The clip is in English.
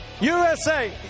USA